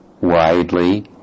widely